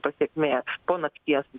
pasekmė po nakties